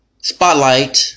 spotlight